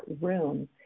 room